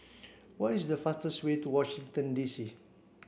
what is the fastest way to Washington D C